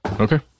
okay